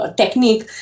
technique